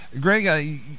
Greg